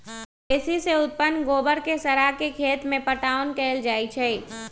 मवेशी से उत्पन्न गोबर के सड़ा के खेत में पटाओन कएल जाइ छइ